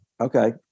Okay